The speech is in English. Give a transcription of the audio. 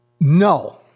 no